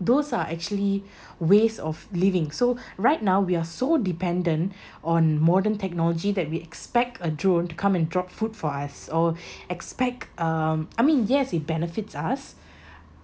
those are actually ways of living so right now we are so dependent on modern technology that we expect a drone to come and drop food for us or expect um I mean yes it benefits us